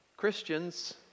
Christians